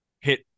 hit